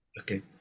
Okay